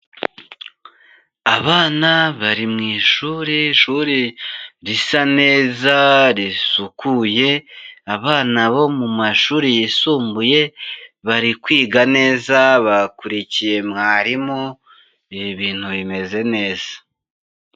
Abana bari mu ishuri, ishuri risa neza, risukuye abana bo mu mashuri yisumbuye bari kwiga neza, bakurikiye mwarimu, ibintu bimeze neza.